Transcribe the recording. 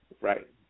Right